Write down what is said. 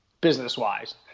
business-wise